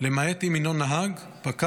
למעט אם הינו נהג, פקח